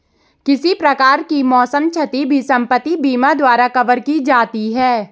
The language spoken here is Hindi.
किसी प्रकार की मौसम क्षति भी संपत्ति बीमा द्वारा कवर की जाती है